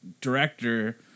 director